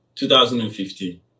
2015